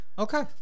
Okay